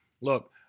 Look